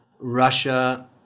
Russia